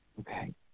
Okay